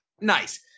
Nice